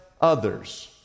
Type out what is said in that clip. others